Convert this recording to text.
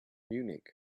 munich